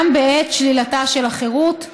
גם בעת שלילתה של החירות.